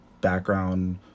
background